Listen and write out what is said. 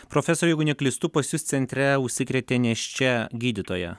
profesoriau jeigu neklystu pas jus centre užsikrėtė nėščia gydytoja